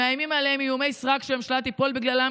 "מאיימים עליהם איומי סרק שהממשלה תיפול בגללם